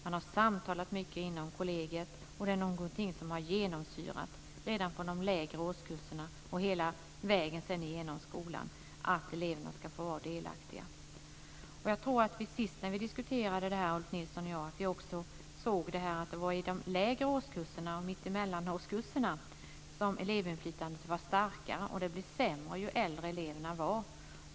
Man har samtalat mycket inom kollegiet, och elevernas delaktighet har genomsyrat verksamheten redan från de lägre årskurserna och sedan hela vägen genom skolan. Sist när Ulf Nilsson och jag diskuterade den här frågan såg vi att det var i de lägre årskurserna och i mellanårskurserna som elevinflytandet var starkare. Det blev sämre ju äldre eleverna var.